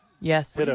Yes